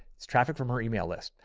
it's traffic from her email list.